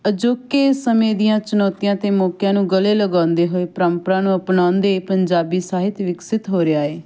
ਅਜੋਕੇ ਸਮੇਂ ਦੀਆਂ ਚੁਣੌਤੀਆਂ ਅਤੇ ਮੌਕਿਆਂ ਨੂੰ ਗਲੇ ਲਗਾਉਂਦੇ ਹੋਏ ਪਰੰਪਰਾ ਨੂੰ ਅਪਣਾਉਂਦੇ ਪੰਜਾਬੀ ਸਾਹਿਤ ਵਿਕਸਿਤ ਹੋ ਰਿਹਾ ਏ